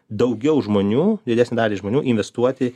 daugiau žmonių didesnę dalį žmonių investuoti